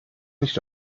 nicht